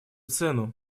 цену